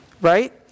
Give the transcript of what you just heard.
right